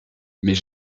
mais